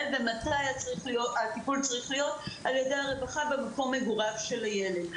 ומתי הטיפול צריך להיות על-ידי הרווחה במקום מגוריו של הילד.